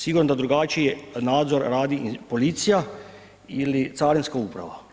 Sigurno da drugačiji nadzor radi policija ili carinska uprava.